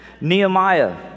Nehemiah